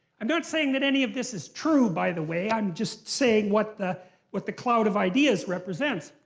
i'm not saying that any of this is true, by the way. i'm just saying what the what the cloud of ideas represents.